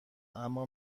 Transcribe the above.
اما